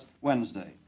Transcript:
Wednesday